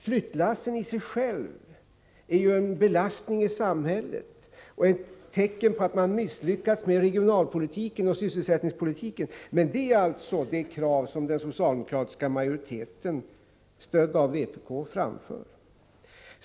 Flyttlassen i sig själva är en belastning på samhället och ett tecken på att man har misslyckats med regionalpolitiken och sysselsättningspolitiken — men det är alltså det krav som den socialdemokratiska majoriteten, stödd av vpk, framför.